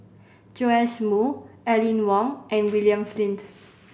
Joash Moo Aline Wong and William Flint